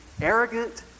arrogant